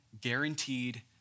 guaranteed